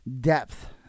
depth